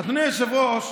אדוני היושב-ראש,